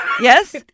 Yes